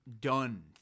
done